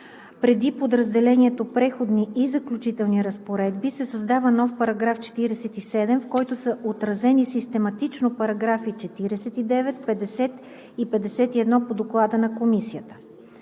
Преди подразделението „Преходни и заключителни разпоредби“ се създава нов § 47, в който са отразени систематично параграфи 49, 50 и 51 по Доклада на Комисията: